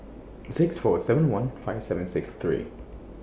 six four seven one five seven six three